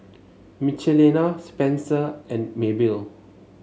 Michelina Spencer and Maybelle